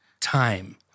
time